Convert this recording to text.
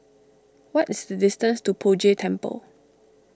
what is the distance to Poh Jay Temple